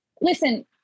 Listen